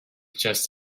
just